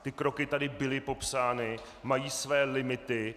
Ty kroky tady byly popsány, mají své limity.